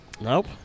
nope